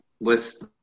list